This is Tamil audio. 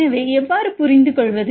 எனவே எவ்வாறு புரிந்துகொள்வது